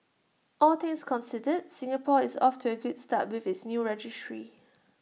all things considered Singapore is off to A good start with its new registry